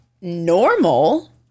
normal